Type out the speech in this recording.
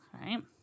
right